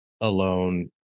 alone